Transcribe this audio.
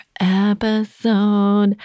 episode